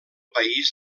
país